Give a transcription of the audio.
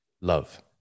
Love